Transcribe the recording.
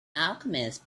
alchemist